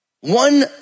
One